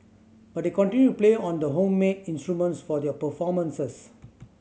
but they continue to play on the home made instruments for their performances